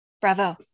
Bravo